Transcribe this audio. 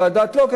של ועדת לוקר,